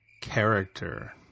character